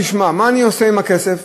תשמע, מה אני עושה עם הכסף?